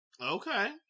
Okay